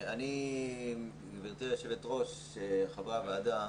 גברתי היושבת-ראש, חברי הוועדה,